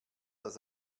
das